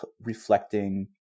reflecting